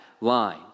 line